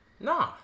no